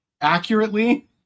accurately